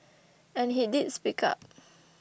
and he did speak up